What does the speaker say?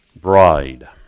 bride